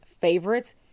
favorites